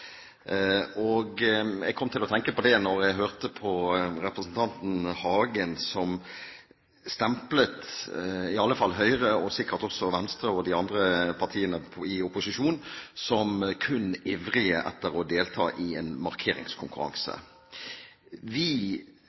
Jeg kom til å tenke på det da jeg hørte på representanten Hagen, som stemplet i alle fall Høyre og sikkert også Venstre og de andre partiene i opposisjon som kun ivrige etter å delta i en markeringskonkurranse. Vi